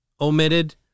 omitted